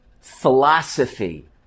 philosophy